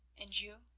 and you,